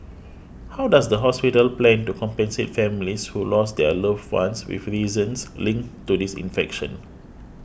how does the hospital plan to compensate families who lost their loved ones with reasons linked to this infection